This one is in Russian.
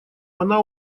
она